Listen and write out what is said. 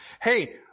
Hey